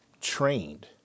trained